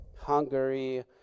Hungary